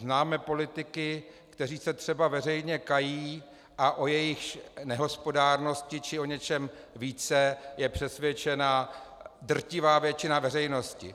Známe politiky, kteří se třeba veřejně kají a o jejichž nehospodárnosti či o něčem více je přesvědčena drtivá většina veřejnosti.